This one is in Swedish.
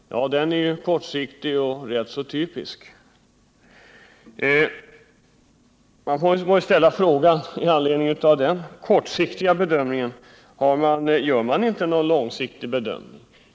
Ja, bedömningen är kortsiktig och ganska typisk. Med anledning av denna kortsiktiga bedömning vill jag fråga: Gör man inte någon långsiktig bedömning?